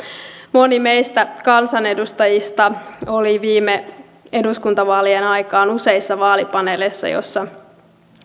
moni meistä kansanedustajista oli viime eduskuntavaalien aikaan useissa vaalipaneeleissa joissa